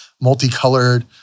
multicolored